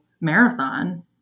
marathon